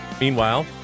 meanwhile